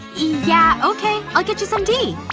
yeah, okay. i'll get you some tea